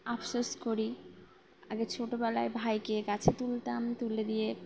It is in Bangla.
আফসোস করি আগে ছোটোবেলায় ভাইকে গাছে তুলতাম তুলে দিয়ে